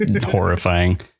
horrifying